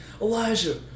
Elijah